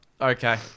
Okay